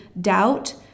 doubt